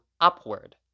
upward